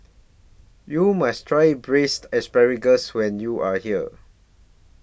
YOU must Try Braised Asparagus when YOU Are here